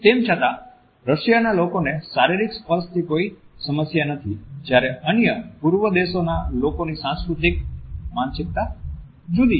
તેમ છતાં રશિયાના લોકોને શારીરિક સ્પર્શથી કોઈ સમસ્યા નથી જ્યારે અન્ય પૂર્વના દેશોના લોકોની સાંસ્કૃતિક માનસિકતા જુદી છે